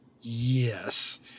Yes